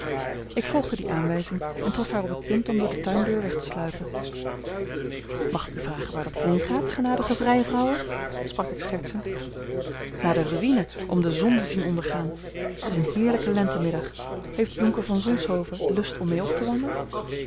ik volgde die aanwijzing en trof haar op het punt om door de tuindeur weg te sluipen mag ik u vragen waar dat heengaat genadige vrijvrouwe sprak ik schertsend naar de ruïne om de zon te zien ondergaan t is een heerlijke lente middag heeft jonker van zonshoven lust om mee op te wandelen